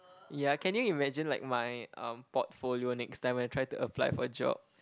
yeah can you imagine like my um portfolio next time when I try to apply for a job